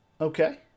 Okay